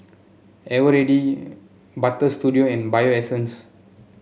Eveready Butter Studio and Bio Essence